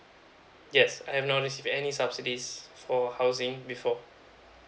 yes I have not receive any subsidies for housing before